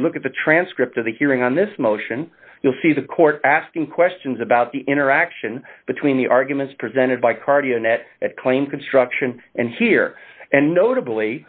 if you look at the transcript of the hearing on this motion you'll see the court asking questions about the interaction between the arguments presented by cardio net a claim construction and here and notably